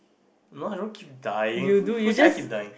no I don't keep dying who who said I keep dying